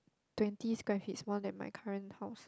twenty square feet smaller than my current house